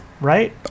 right